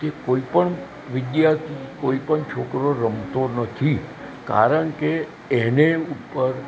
તે કોઈ પણ વિદ્યાર્થી કોઈ પણ છોકરો રમતો નથી કારણકે એને ઉપર